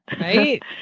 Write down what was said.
Right